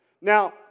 Now